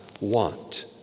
want